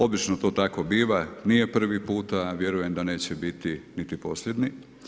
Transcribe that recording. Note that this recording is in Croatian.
Obično to tako biva, nije prvi puta a vjerujem da neće biti niti posljednji.